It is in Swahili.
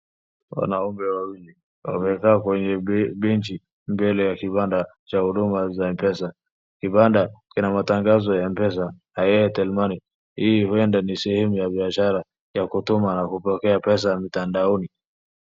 Wanaume wawili wamekaa kwenye benchi mbele ya kibanda cha huduma za mpesa. Kibanda kina matangazo ya mpesa na airtel money. Hii huenda ni sehemu ya biashara ya kutuma na kupokea pesa mtandaoni.